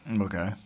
Okay